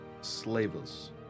slavers